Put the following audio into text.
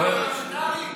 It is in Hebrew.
חבר הכנסת ארבל.